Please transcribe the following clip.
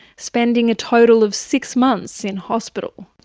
spending a total of six months in hospital.